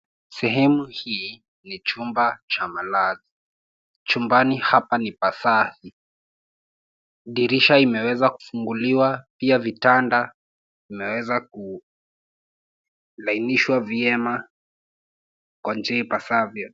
Sehemu hii ni chumba cha malazi. Chumbani hapa ni pasafi. Dirisha imeweza kufunguliwa pia vitanda vimeweza kulainishwa vyema kwa njia ipasavyo.